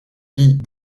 pie